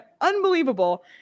unbelievable